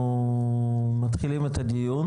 אנחנו מתחילים את הדיון.